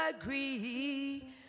agree